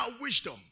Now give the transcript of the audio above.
wisdom